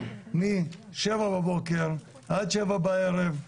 משבע בבוקר עד שבע בערב,